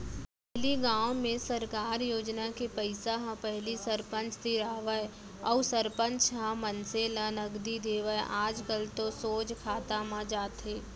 पहिली गाँव में सरकार योजना के पइसा ह पहिली सरपंच तीर आवय अउ सरपंच ह मनसे ल नगदी देवय आजकल तो सोझ खाता म जाथे